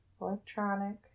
Electronic